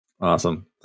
Awesome